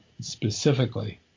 specifically